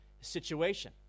situation